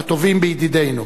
לטובים בידידינו.